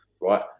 Right